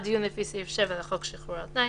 " דיון לפי סעיף 7 לחוק שחרור על-תנאי,